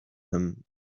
him